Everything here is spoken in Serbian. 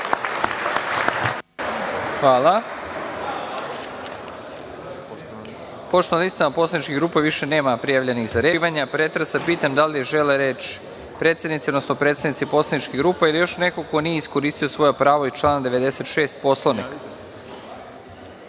Hvala. Pošto na listi poslaničkih grupa više nema prijavljenih za reč,